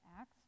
Acts